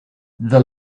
the